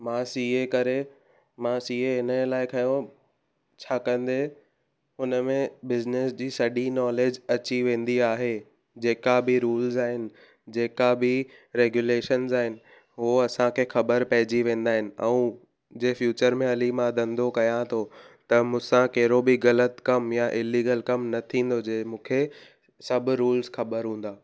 मां सीए करे मां सीए हिन जे लाइ खंयो छा कंदे उन में बिजनेस जी सॼी नॉलेज अची वेंदी आहे जेका बि रूल्स आहिनि जेका बि रेगुलेशंस आहिनि हो असांखे ख़बरु पइजी वेंदा आहिनि ऐं जे फ्यूचर में हली मां धंधो कयां थो त मूंसां कहिड़ो बि ग़लति कमु या इल्लीगल कमु न थींदो जे मूंखे सभु रूल्स ख़बरु हूंदा